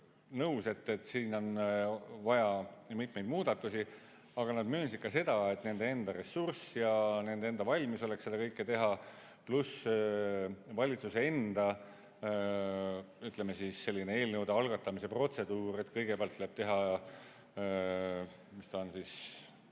nõus, et siin on vaja mitmeid muudatusi. Aga nad möönsid ka seda, et nende enda ressurss ja nende enda valmisolek seda kõike teha, pluss valitsuse enda, ütleme, selline eelnõude algatamise protseduur, et kõigepealt tuleb teha, mis ta on,